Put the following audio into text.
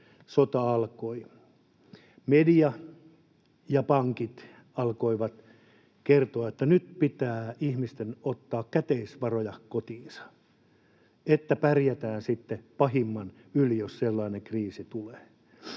sota alkoi, media ja pankit alkoivat kertoa, että nyt pitää ihmisten ottaa käteisvaroja kotiinsa, että pärjätään sitten pahimman yli, jos sellainen kriisi tulee.